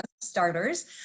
starters